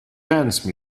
dance